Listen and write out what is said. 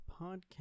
Podcast